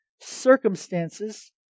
circumstances